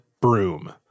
broom